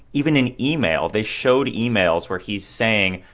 even an email. they showed emails where he's saying,